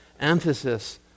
emphasis